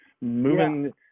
moving